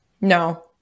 No